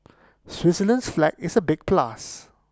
Switzerland's flag is A big plus